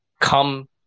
come